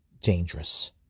dangerous